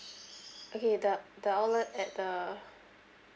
okay the the outlet at the